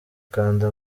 kanda